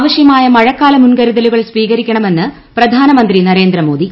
ആവശ്യമായ മഴക്കാല മുൻകരുതലുകൾ സ്വീകരിക്കണമെന്ന് പ്രധാനമന്ത്രി നരേന്ദ്ര മോദി